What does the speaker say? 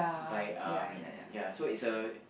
by um ya so it's a